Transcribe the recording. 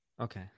Okay